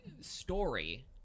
story